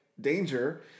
danger